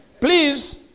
please